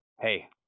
Hey